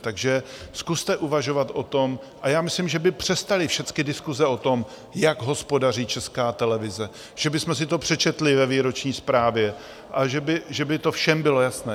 Takže zkuste uvažovat o tom a já myslím, že by přestaly všecky diskuse o tom, jak hospodaří Česká televize, že bychom si to přečetli ve výroční zprávě a že by to všem bylo jasné.